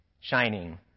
shining